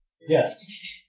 Yes